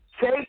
take